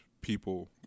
People